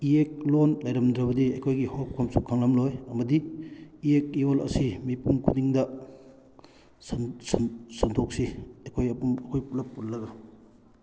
ꯏꯌꯦꯛ ꯂꯣꯟ ꯂꯩꯔꯝꯗ꯭ꯔꯕꯗꯤ ꯑꯩꯈꯣꯏꯒꯤ ꯍꯧꯔꯛꯐꯝꯁꯨ ꯈꯪꯂꯝꯂꯣꯏ ꯑꯃꯗꯤ ꯏꯌꯦꯛ ꯏꯔꯣꯟ ꯑꯁꯤ ꯃꯤꯄꯨꯝ ꯈꯨꯗꯤꯡꯗ ꯁꯟꯗꯣꯛꯁꯤ ꯑꯩꯈꯣꯏ ꯄꯨꯂꯞ ꯄꯨꯜꯂꯒ